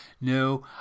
no